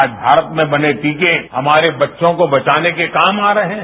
आज भारत में बने टीके हमारे बच्चों को बचाने के काम आ रहे हैं